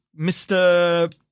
Mr